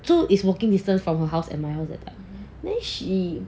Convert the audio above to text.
so is walking distance from her house and my house like then she